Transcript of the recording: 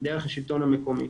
דרך השלטון המקומי.